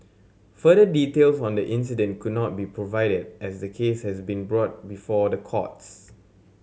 further details on the incident could not be provided as the case has been brought before the courts